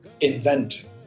invent